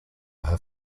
her